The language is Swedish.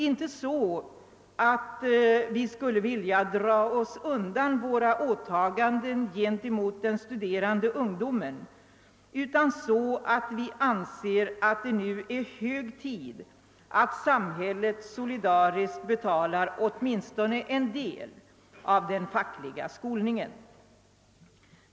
Vi skulle inte vilja dra oss undan våra åtaganden gentemot den studerande ungdomen, men vi anser att det nu är hög tid att samhället betalar åtminstone en del av den fackliga skolningen.